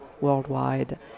worldwide